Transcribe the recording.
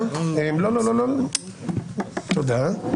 נרשמתי.